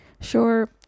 Sure